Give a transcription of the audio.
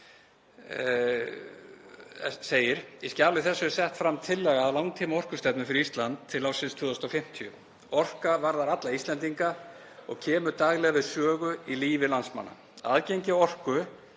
„Í skjali þessu er sett fram tillaga að langtímaorkustefnu fyrir Ísland til ársins 2050. Orka varðar alla Íslendinga og kemur daglega við sögu í lífi landsmanna.